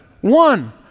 One